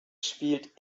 spielt